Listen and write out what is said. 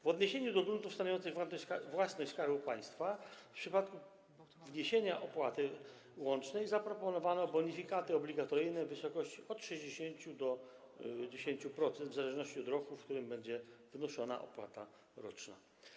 W odniesieniu do gruntów stanowiących własność Skarbu Państwa w przypadku wniesienia opłaty łącznej zaproponowano bonifikaty obligatoryjne w wysokości od 60% do 10% w zależności od roku, w którym będzie wnoszona opłata roczna.